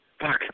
Fuck